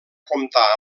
comptar